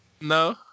No